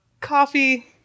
coffee